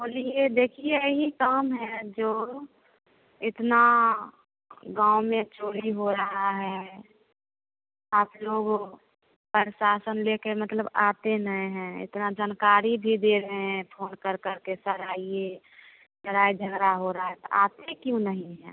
बोलिए देखिए यही काम है जो इतना गाँव में चोरी हो रहा है आपलोग प्रशासन लेकर मतलब आते नहीं है इतना जानकारी भी दे रहें हैं फोन कर कर के सर आइए लड़ाई झगड़ा हो रहा है तो आते क्यों नहीं हैं